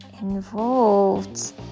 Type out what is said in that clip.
involved